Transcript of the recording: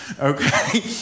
Okay